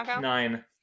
Nine